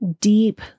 deep